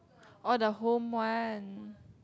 oh the home one